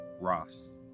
Ross